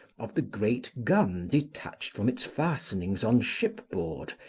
of the great gun detached from its fastenings on shipboard,